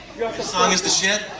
song is the shit.